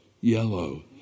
yellow